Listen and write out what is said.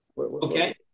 Okay